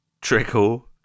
Trickle